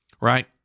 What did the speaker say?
right